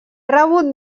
rebut